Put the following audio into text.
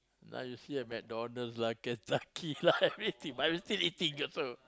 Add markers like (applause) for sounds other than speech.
now you see at McDonalds lah Kentucky (laughs) lah everything my i'm still eating also